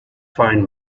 fine